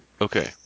Okay